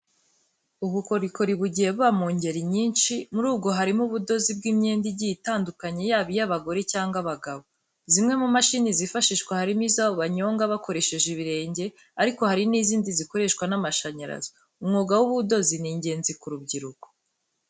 Ubukorikori bugiye buba mu ngeri nyinshyi, muri bwo harimo ubudozi bw'imyenda igiye itandukanye yaba iy'abagore cyangwa abagabo. Zimwe mu mashini zifashishwa harimo izo banyonga bakoresheje ibirenge ariko hari n'izindi zikoreshwa n'amashanyarazi. Umwuga w'ubudozi ni ingenzi ku rubyiruko.